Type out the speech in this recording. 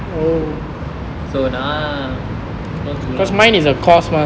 so ah what to do lah